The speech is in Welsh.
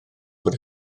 fod